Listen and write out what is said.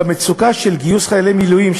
במצוקה של גיוס חיילי מילואים,